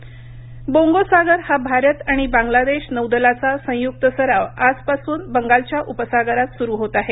भारत बांगलादेश बोंगोसागर हा भारत आणि बांगलादेश नौदलाचा संयुक्त सराव आजपासून बंगालच्या उपसागरात सुरू होत आहे